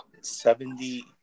seventy